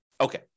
Okay